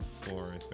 four